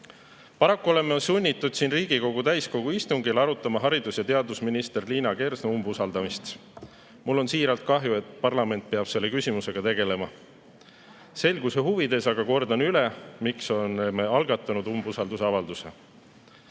Paraku oleme sunnitud siin Riigikogu täiskogu istungil arutama haridus- ja teadusminister Liina Kersna umbusaldamist. Mul on siiralt kahju, et parlament peab selle küsimusega tegelema. Selguse huvides aga kordan üle, miks oleme algatanud umbusaldusavalduse. Liina